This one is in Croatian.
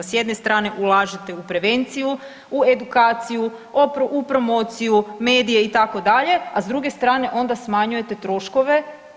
S jedne strane ulažete u prevenciju, u edukaciju, u promociju, medije itd., a s druge strane onda smanjujete troškove.